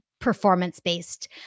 performance-based